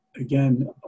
again